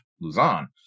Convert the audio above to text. Luzon